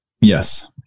yes